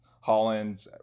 Holland